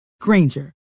Granger